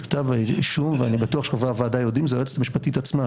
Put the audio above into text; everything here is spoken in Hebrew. כתב האישום ואני בטוח שחברי הוועדה יודעים זו היועצת המשפטית עצמה,